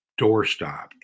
doorstop